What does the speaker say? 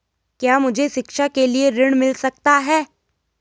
क्या मुझे शिक्षा के लिए ऋण मिल सकता है?